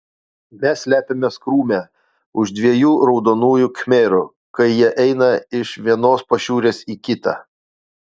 mes slepiamės krūme už dviejų raudonųjų khmerų kai jie eina iš vienos pašiūrės į kitą